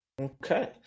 okay